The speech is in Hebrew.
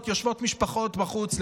ויושבות משפחות בחוץ,